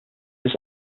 are